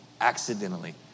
accidentally